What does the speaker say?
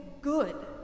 good